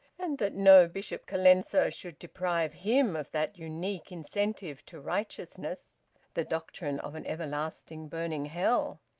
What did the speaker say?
and that no bishop colenso should deprive him of that unique incentive to righteousness the doctrine of an everlasting burning hell.